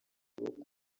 rwo